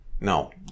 no